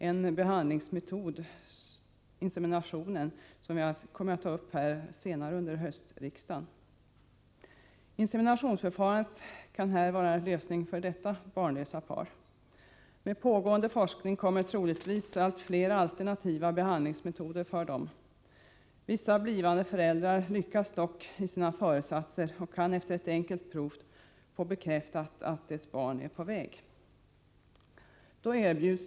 En behandlingsmetod kommer vi att debattera här i riksdagen senare under hösten, nämligen insemination. Inseminationsförfarandet kan vara en lösning för barnlösa par. Med pågående forskning framkommer troligtvis allt flera alternativa behandlingsmetoder för dem. Vissa blivande föräldrar lyckas dock i sina föresatser och kan efter ett enkelt prov få bekräftat att ett barn är på väg.